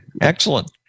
excellent